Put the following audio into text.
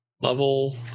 level